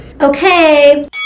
Okay